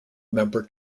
member